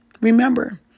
Remember